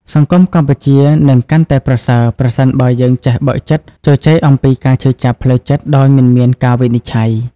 សង្គមកម្ពុជានឹងកាន់តែប្រសើរ ប្រសិនបើយើងចេះបើកចិត្តជជែកអំពីការឈឺចាប់ផ្លូវចិត្តដោយមិនមានការវិនិច្ឆ័យ។